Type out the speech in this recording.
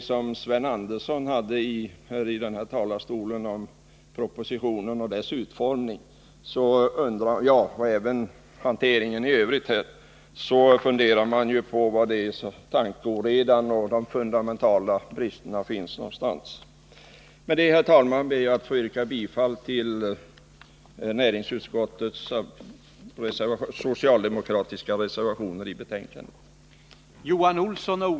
Efter Sven Anderssons inlägg i denna talarstol om propositionen, dess utformning och hanteringen av frågan i övrigt funderar man på var tankeoredan och de fundamentala bristerna finns någonstans. Med detta, herr talman, ber jag att få yrka bifall till de socialdemokratiska reservationerna som är fogade till näringsutskottets betänkande.